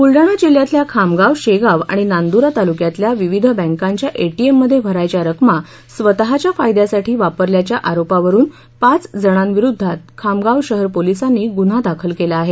ब्लडाणा जिल्ह्यातल्या खामगाव शेगाव आणि नांदरा तालुक्यातल्या विविध बँकांच्या एटीएममध्ये भरायच्या रकमा स्वतःच्या फायद्यासाठी वापरल्याच्या आरोपावरुन पाचजणांविरोधात खामगाव शहर पोलिसांनी गुन्हा दाखल केला आहे